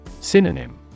Synonym